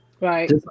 Right